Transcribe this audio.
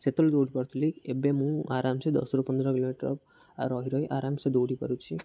ସେତେବେଳେ ଦୌଡ଼ି ପାରୁଥିଲି ଏବେ ମୁଁ ଆରାମସେ ଦଶରୁ ପନ୍ଦର କିଲୋମିଟର ରହି ରହି ଆରାମସେ ଦୌଡ଼ିପାରୁଛି